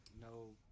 no